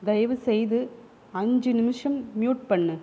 தயவுசெய்து அஞ்சு நிமிஷம் மியூட் பண்ணு